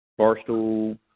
Barstool